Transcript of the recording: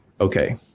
Okay